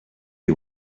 you